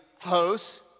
hosts